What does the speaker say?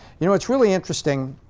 you know, it's really interesting,